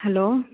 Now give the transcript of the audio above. hello